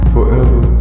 Forever